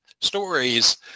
stories